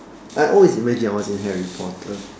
I always imagine I was in Harry Potter